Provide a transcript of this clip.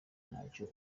ntacyo